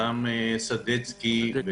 סיגל סדצקי,